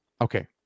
okay